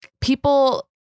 people